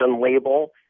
label